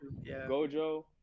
Gojo